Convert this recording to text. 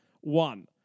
One